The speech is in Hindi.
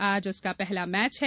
आज उसका पहला मैच है